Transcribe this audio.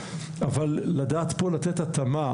אבל צריך לדעת לתת התאמה,